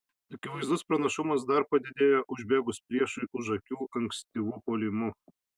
akivaizdus pranašumas dar padidėjo užbėgus priešui už akių ankstyvu puolimu